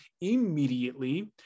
immediately